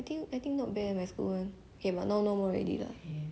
I think I think not bad my school [one] okay but now no more already lah